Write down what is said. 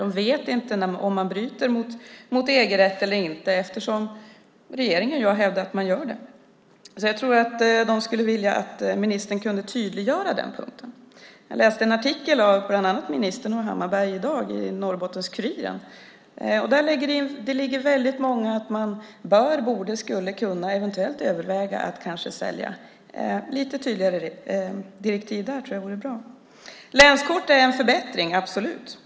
De vet inte om man bryter mot EG-rätten eller inte, eftersom regeringen har hävdat att man gör det. Jag tror att de skulle vilja att ministern kunde tydliggöra den punkten. Jag läste en artikel av bland annat ministern och Hammarbergh i Norrbottens-Kuriren i dag, och där ligger det väldigt mycket av att man bör, borde, skulle kunna eventuellt överväga att kanske sälja. Lite tydligare direktiv där tror jag vore bra. Länskort är en förbättring - absolut!